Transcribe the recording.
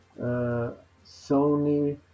Sony